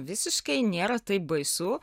visiškai nėra taip baisu